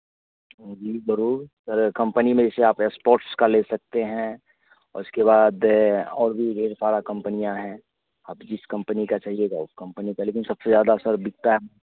जी ज़रूर sir company में जैसे आप स्पोर्ट्स का ले सकते हैं उसके बाद और भी ढेर सारा कम्पनियाँ हैं आप जिस कम्पनी का चाहियेगा उस कम्पनी का लेकिन सबसे ज़्यादा सर बिकता है